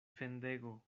fendego